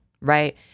right